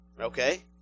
Okay